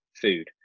food